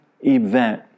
event